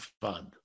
fund